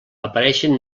apareixen